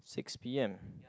six P_M